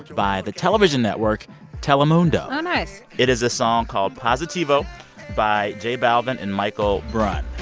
by the television network telemundo oh, nice it is a song called positivo by j. balvin and michael brun